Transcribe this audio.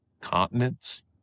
continents